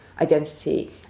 identity